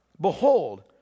Behold